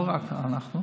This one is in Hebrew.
לא רק אנחנו,